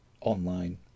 online